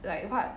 like what